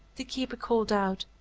the keeper called out,